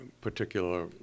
particular